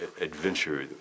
adventure